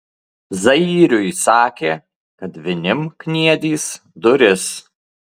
zairiui sakė kad vinim kniedys duris